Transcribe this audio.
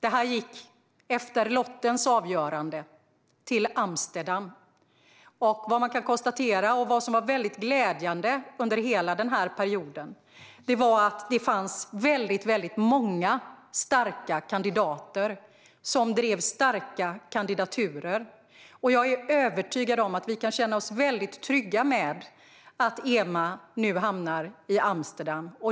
EMA gick, efter lottens avgörande, till Amsterdam. Man kan, vilket är väldigt glädjande, konstatera att det under hela denna period fanns många starka kandidater, som drev starka kandidaturer. Jag är övertygad om att vi kan känna oss trygga med att EMA nu hamnar i Amsterdam.